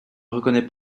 reconnais